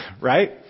right